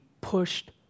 pushed